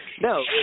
no